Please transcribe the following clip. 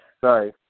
Sorry